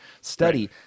study